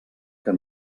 que